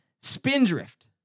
spindrift